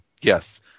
yes